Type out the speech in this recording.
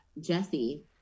Jesse